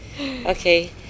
Okay